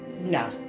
no